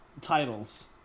titles